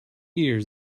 years